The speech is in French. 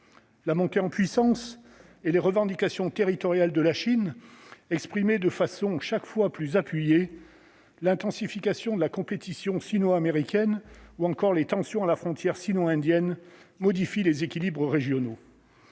La montée en puissance et les revendications territoriales de la Chine, exprimées de façon chaque fois plus appuyée, l'intensification de la compétition sino-américaine ou encore les tensions à la frontière sino-indienne modifient les équilibres régionaux.